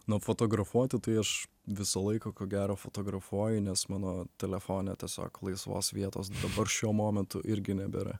na fotografuoti tai aš visą laiką ko gero fotografuoju nes mano telefone tiesiog laisvos vietos dabar šiuo momentu irgi nebėra